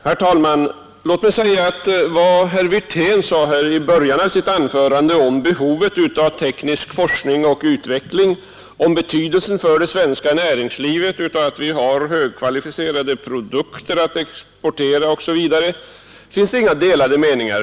Herr talman! Herr Wirtén talade i början av sitt anförande om behovet av teknisk forskning och utveckling, om betydelsen för det svenska näringslivet av att vi har högkvalitetsprodukter att exportera osv. Därom finns det inga delade meningar.